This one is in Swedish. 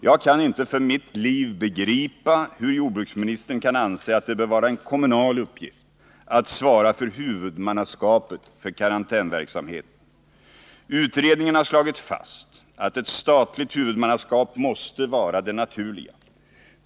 Jag kan inte för mitt liv begripa hur jordbruksministern kan anse att det bör vara en kommunal uppgift att svara för huvudmannaskapet för karantänsverksamheten. Utredningen har slagit fast att ett statligt huvudmannaskap måste vara det naturliga.